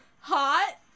Hot